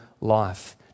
life